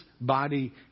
body